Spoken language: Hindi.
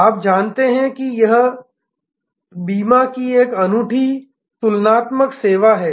आप जानते हैं कि यह बीमा की एक अनूठी तुलनात्मक सेवा है